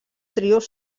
trios